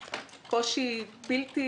זה קושי בלתי